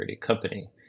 company